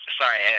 Sorry